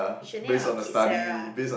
we should name our kid Sarah